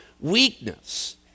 weakness